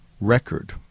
record